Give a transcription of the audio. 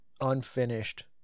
unfinished